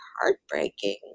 heartbreaking